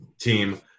team